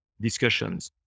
discussions